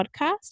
podcast